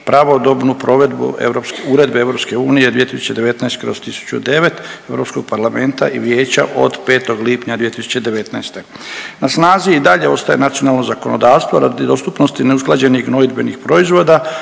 pravodobnu provedbu Uredbe EU 2019/1009 Europskog parlamenta i Vijeća od 5. lipnja 2019.. Na snazi i dalje ostaje nacionalno zakonodavstvo radi dostupnosti neusklađenih gnojidbenih proizvoda